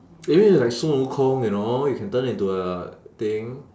maybe it's like sun wu kong you know you can turn into a thing